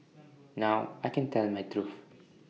now I can tell my truth